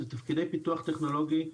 אלה תפקידי פיתוח טכנולוגי,